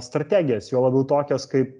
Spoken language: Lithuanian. strategijas juo labiau tokias kaip